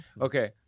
Okay